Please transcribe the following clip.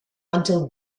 until